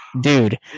Dude